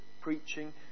preaching